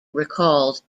recalled